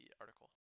article